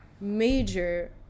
major